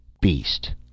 Beast